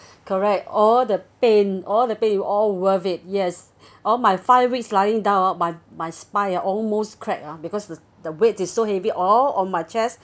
correct all the pain all the pain all worth it yes all my five weeks lying down ah my my spine ah almost crack ah because the the width is so heavy all on my chest